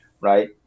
Right